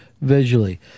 visually